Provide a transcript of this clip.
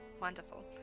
Wonderful